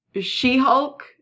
She-Hulk